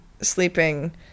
sleeping